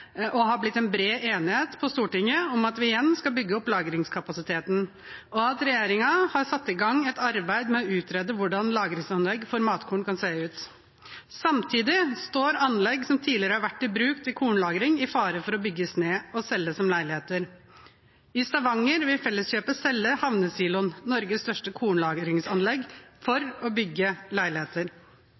blitt en bred enighet på Stortinget om at vi igjen skal bygge opp lagringskapasiteten, og at regjeringen har satt i gang et arbeid med å utrede hvordan lagringsanlegg for matkorn kan se ut. Samtidig står anlegg som tidligere har vært i bruk til kornlagring, i fare for å bygges ned og selges som leiligheter. I Stavanger vil Felleskjøpet selge havnesiloen – Norges største kornlagringsanlegg – for å bygge